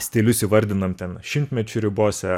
stilius įvardinam ten šimtmečių ribose